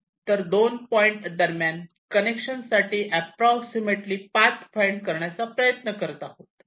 तर दोन पॉईंट दरम्यान कनेक्शन साठी अॅप्रॉक्सीमेटली पाथ फाईंड करण्याचा प्रयत्न करत आहोत